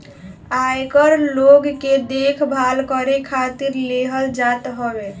आयकर लोग के देखभाल करे खातिर लेहल जात हवे